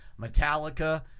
Metallica